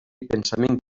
pensament